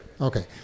Okay